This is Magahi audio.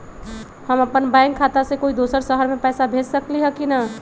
हम अपन बैंक खाता से कोई दोसर शहर में पैसा भेज सकली ह की न?